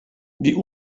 die